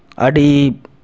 ᱟᱹᱰᱤ